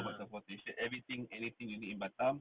for transportation everything anything you need in batam